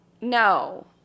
no